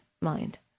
mind